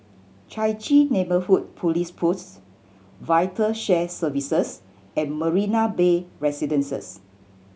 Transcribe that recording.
Chai Chee Neighbourhood Police Post Vital Shared Services and Marina Bay Residences